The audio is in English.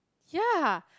ya